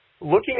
Looking